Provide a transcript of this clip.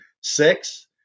six